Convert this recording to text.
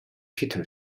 peter